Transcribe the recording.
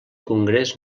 congrés